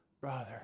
brother